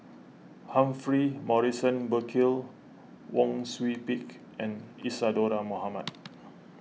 Humphrey Morrison Burkill Wang Sui Pick and Isadhora Mohamed